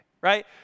right